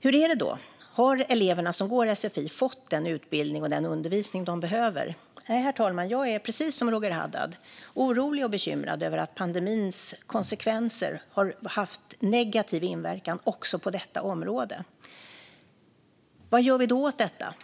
Hur är det då - har eleverna som går på sfi fått den utbildning och den undervisning de behöver? Nej, herr talman, jag är precis som Roger Haddad orolig och bekymrad över att pandemins konsekvenser har haft en negativ inverkan också på detta område. Vad gör vi då åt detta?